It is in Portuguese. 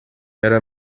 era